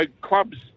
clubs